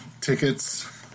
tickets